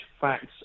facts